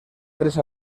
tres